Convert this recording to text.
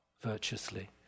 virtuously